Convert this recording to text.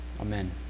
Amen